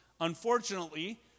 unfortunately